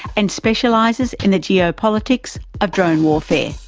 and specialises in the geopolitics of drone warfare.